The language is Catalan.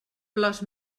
flors